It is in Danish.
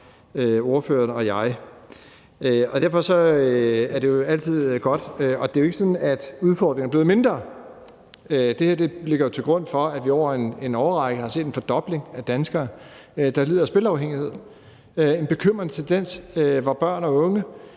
stor interesse for. Derfor er det altid godt at gøre, og det er jo ikke sådan, at udfordringen er blevet mindre. Til grund for det her ligger, at vi over en årrække har set en fordobling af danskere, der lider af spilafhængighed, en bekymrende tendens, hvor børn og unge